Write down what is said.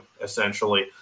essentially